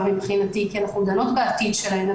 מבחינתי כי אנחנו דנים בעתיד שלהן.